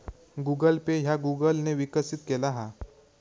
Google Pay ह्या Google ने विकसित केला हा